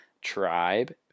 Tribe